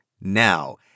now